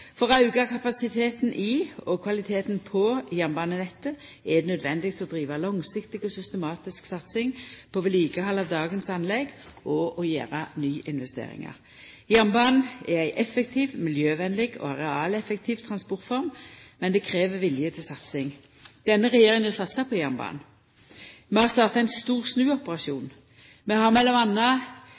For å auka kapasiteten i og kvaliteten på jernbanenettet er det naudsynt å driva langsiktig og systematisk satsing på vedlikehald av dagens anlegg og å gjera nyinvesteringar. Jernbanen er ei effektiv, miljøvennleg og arealeffektiv transportform. Men det krev vilje til satsing. Denne regjeringa satsar på jernbanen. Vi har starta ein stor snuoperasjon. Vi har